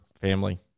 family